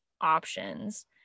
options